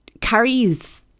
Carrie's